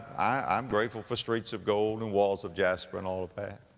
i'm grateful for streets of gold and walls of jasper and all of that.